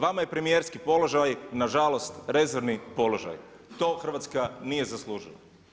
Vama je premijerski položaj nažalost rezervni položaj, to Hrvatska nije zaslužila.